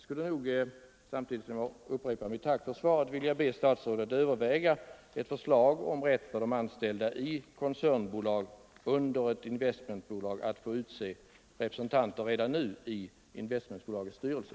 Samtidigt som jag upprepar mitt tack för svaret vill jag be statsrådet överväga ett förslag om rätt för de anställda i koncernbolag under ett investmentbolag att få utse representanter redan nu i investmentbolagets styrelse.